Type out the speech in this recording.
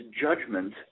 judgment